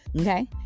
Okay